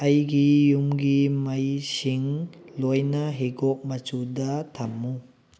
ꯑꯩꯒꯤ ꯌꯨꯝꯒꯤ ꯃꯩꯁꯤꯡ ꯂꯣꯏꯅ ꯍꯤꯒꯣꯛ ꯃꯆꯨꯗ ꯊꯝꯃꯨ